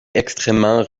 extrêmement